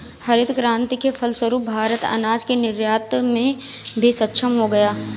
हरित क्रांति के फलस्वरूप भारत अनाज के निर्यात में भी सक्षम हो गया